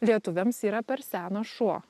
lietuviams yra per senas šuo